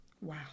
Wow